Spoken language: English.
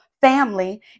family